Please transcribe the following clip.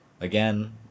again